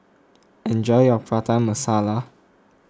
enjoy your Prata Masala